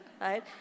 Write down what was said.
right